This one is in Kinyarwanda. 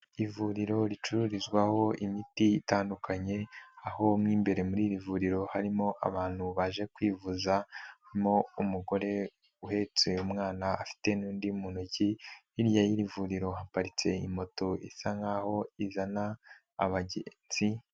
Ivuriro ricururizwaho imiti itandukanye, aho mo imbere muri iri vuriro harimo abantu baje kwivuza, harimo umugore uhetse umwana afite n'undi muntu ntoki, hirya y'iri vuriro haparitse iyi moto isa nk'aho izana abagenzi.